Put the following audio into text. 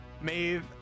Maeve